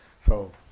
so.